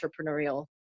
entrepreneurial